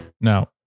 Now